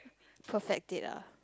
perfect date ah